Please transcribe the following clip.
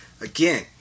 again